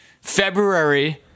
February